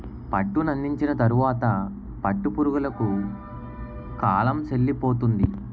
పట్టునందించిన తరువాత పట్టు పురుగులకు కాలం సెల్లిపోతుంది